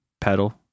pedal